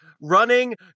running